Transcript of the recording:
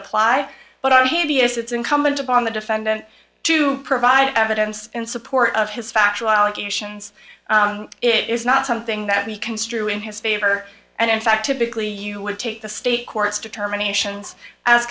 apply but i had to yes it's incumbent upon the defendant to provide evidence in support of his factual allegations it is not something that we construe in his favor and in fact typically you would take the state courts determinations as